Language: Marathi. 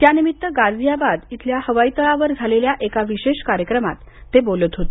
त्यानिमित्त गाझियाबाद इथल्या हवाई तळावर झालेल्या विशेष कार्यक्रमात ते बोलत होते